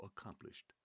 accomplished